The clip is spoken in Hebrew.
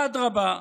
אדרבה,